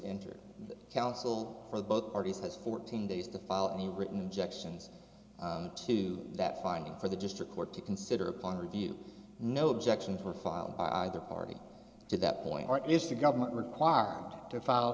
the counsel for both parties has fourteen days to file any written injections to that finding for the district court to consider upon review no objection for filed by either party to that point is the government require are to file